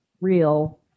real